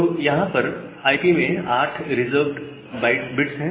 तो यहां पर आईपी में 8 रिवर्सड बिट्स हैं